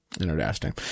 Interesting